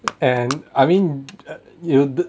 and I mean you